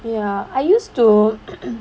ya I used to